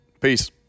Peace